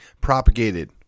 propagated